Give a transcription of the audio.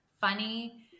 funny